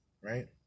right